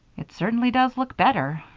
it certainly does look better,